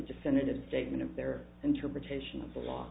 definitive statement of their interpretation of the law